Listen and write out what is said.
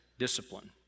discipline